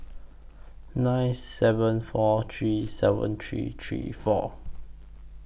nine seven four three seven three three four